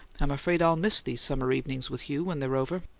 i'm afraid i'll miss these summer evenings with you when they're over.